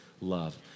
love